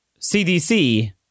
CDC